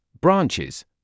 branches